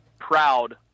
proud